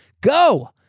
Go